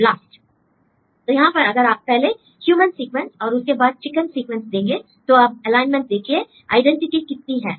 blast l तो यहां पर अगर पहले ह्यूमन सीक्वेंस और उसके बाद चिकन सीक्वेंस देंगे तो अब एलाइनमेंट देखिए आइडेंटिटी कितनी है